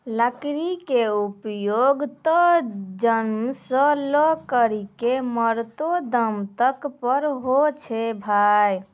लकड़ी के उपयोग त जन्म सॅ लै करिकॅ मरते दम तक पर होय छै भाय